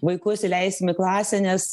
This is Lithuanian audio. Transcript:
vaikus įleisim į klasę nes